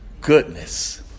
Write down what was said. goodness